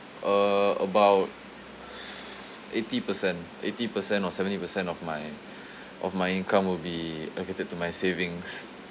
uh about eighty percent eighty percent or seventy percent of my of my income would be allocated to my savings